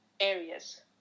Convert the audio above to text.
areas